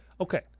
Okay